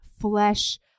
flesh